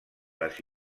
les